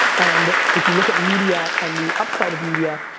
and if you look at media and the upside of media,